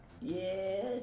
Yes